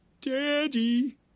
Daddy